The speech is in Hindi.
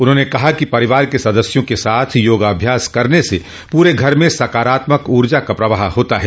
उन्होंने कहा कि परिवार के सदस्यों के साथ योगाभ्यास करने से पूरे घर में सकारात्मक ऊर्जा का प्रवाह होता है